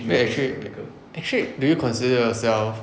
wait actually actually do you consider yourself